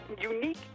unique